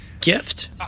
gift